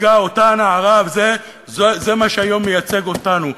ייצגה אותה נערה, זה מה שהיום מייצג אותנו.